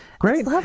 Great